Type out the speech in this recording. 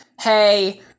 hey